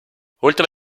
oltre